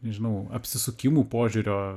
nežinau apsisukimų požiūrio